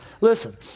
listen